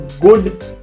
good